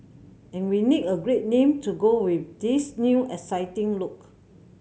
and we need a great name to go with this new exciting look